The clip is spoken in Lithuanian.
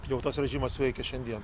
jau tas režimas veikia šiandien